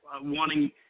wanting